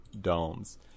domes